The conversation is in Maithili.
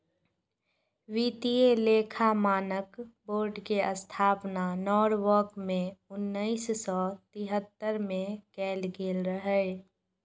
वित्तीय लेखा मानक बोर्ड के स्थापना नॉरवॉक मे उन्नैस सय तिहत्तर मे कैल गेल रहै